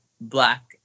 Black